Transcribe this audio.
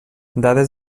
dades